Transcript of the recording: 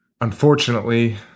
Unfortunately